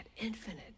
infinite